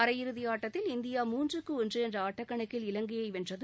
அரையிறுதி ஆட்டத்தில் இந்தியா மூன்றுக்கு ஒன்று என்ற ஆட்டக்கணக்கில் இலங்கையை வென்றது